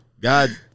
God